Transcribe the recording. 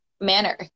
manner